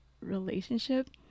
relationship